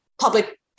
public